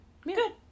Good